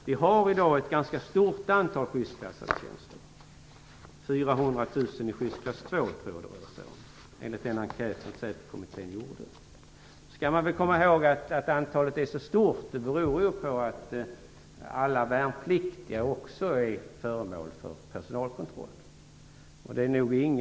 Vi har i dag ett ganska stort antal skyddsklassade tjänster - 400 000 i skyddsklass 2, tror jag att det var enligt den enkät som Säpo-kommittén gjorde. Att antalet är så stort beror på att alla värnpliktiga också är föremål för personalkontroll - det måste man komma ihåg.